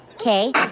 Okay